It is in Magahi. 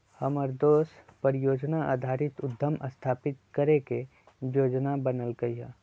हमर दोस परिजोजना आधारित उद्यम स्थापित करे के जोजना बनलकै ह